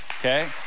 Okay